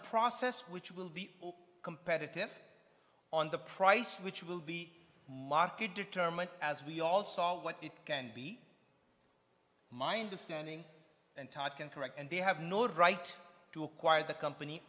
process which will be competitive on the price which will be market determined as we all saw what it can be mind to standing and talk and correct and they have nord right to acquire the company